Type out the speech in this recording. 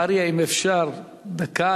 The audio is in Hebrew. אריה, אם אפשר, דקה.